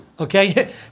Okay